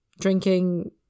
drinking